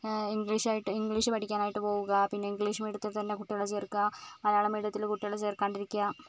English ആയിട്ട് English പഠിക്കാനായിട്ട് പോവുക പിന്നെ ഇംഗ്ലീഷ് മീഡിയത്തിൽ തന്നെ കുട്ടികളെ ചേർക്കുക മലയാളം മീഡിയത്തിൽ കുട്ടികളെ ചേർക്കാണ്ടിരിക്കുക